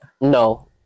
No